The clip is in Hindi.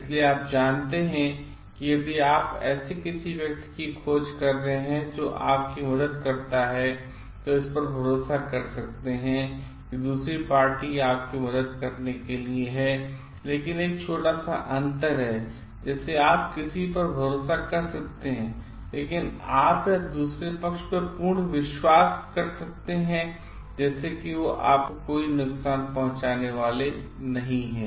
इसलिए आप जानते हैं कि यदि आप किसी ऐसे व्यक्ति की खोज कर रहे हैं जो आपकी मदद कर सकता है तो आप इस पर भरोसा कर सकते हैं कि दूसरी पार्टी आपकी मदद करने के लिए है लेकिन एक छोटा सा अंतर है जैसे आप किसी पर भरोसा कर सकते हैं लेकिन आप या दूसरे पक्ष पर पूर्ण विश्वास नहीं कर सकते हैं जैसे कि वे आपको नुकसान नहीं पहुंचाने वाले हैं